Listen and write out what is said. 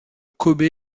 kobe